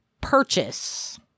purchase